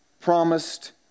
promised